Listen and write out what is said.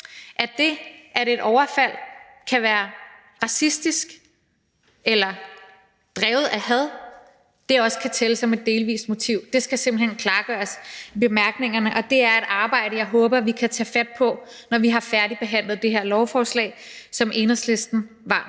at det, at et overfald kan være racistisk eller drevet af had, også kan tælle som et delvist motiv. Det skal simpelt hen klargøres i bemærkningerne, og det er et arbejde, jeg håber vi kan tage fat på, når vi har færdigbehandlet det her lovforslag, som Enhedslisten varmt